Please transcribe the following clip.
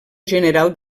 general